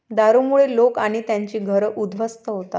दारूमुळे लोक आणि त्यांची घरं उद्ध्वस्त होतात